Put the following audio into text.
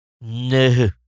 No